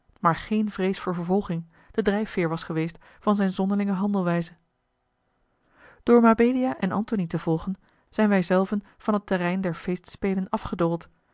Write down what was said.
maar geene vrees voor vervolging de drijfveêr was geweest van zijne zonderlinge handelwijze door mabelia en antony te volgen zijn wij zelven van het terrein der feestspelen afgedoold